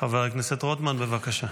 חבר הכנסת רוטמן, בבקשה.